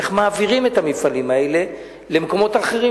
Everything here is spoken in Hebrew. איך מעבירים את המפעלים האלה למקומות אחרים,